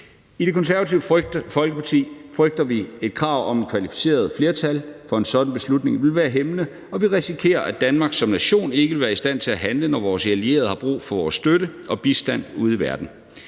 I Det Konservative Folkeparti frygter vi, at et krav om et kvalificeret flertal for en sådan beslutning vil være hæmmende, og at vi vil risikere, at Danmark som nation ikke vil være i stand til at handle, når vores allierede har brug for vores støtte og bistand ude i verden.